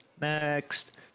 next